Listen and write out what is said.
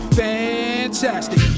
fantastic